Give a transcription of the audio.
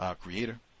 Creator